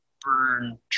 burn